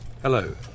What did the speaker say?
Hello